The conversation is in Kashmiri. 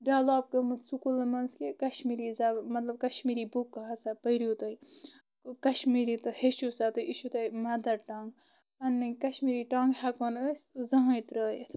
ڈیولاپ گمٕژ سکولن منٛز کہِ کشمیٖری مطلب کشمیٖری بُکہٕ ہسا پرِو تُہۍ کشمیٖری تہِ ہیچھِو سا تُہۍ یہ چھُ تۄہہِ مدر ٹنگ پنٕنۍ کشمیٖری ٹنگ ہیکو نہٕ أسۍ زٕہٕنۍ ترٲوِتھ